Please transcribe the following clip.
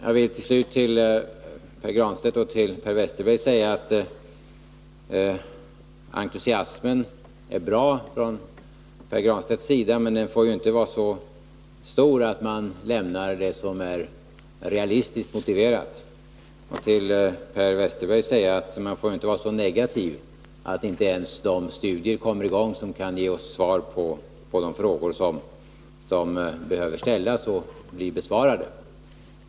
Jag vill till sist till Pär Granstedt säga att hans entusiasm är bra, men den får ju inte vara så stor att han lämnar det som är realistiskt motiverat. Till Per Westerberg vill jag säga att man får ju inte vara så negativ att inte ens de studier kommer i gång som kan ge oss svar på de frågor som behöver ställas och bli besvarade.